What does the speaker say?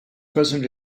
present